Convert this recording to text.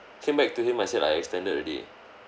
came back to him I said I extended already